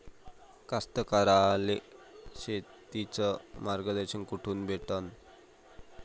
कास्तकाराइले शेतीचं मार्गदर्शन कुठून भेटन?